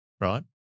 right